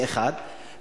זה, אחד.